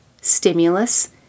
stimulus